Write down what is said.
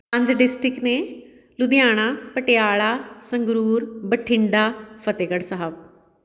ਪੰਜ ਡਿਸਟਿਕ ਨੇ ਲੁਧਿਆਣਾ ਪਟਿਆਲਾ ਸੰਗਰੂਰ ਬਠਿੰਡਾ ਫਤਿਹਗੜ੍ਹ ਸਾਹਿਬ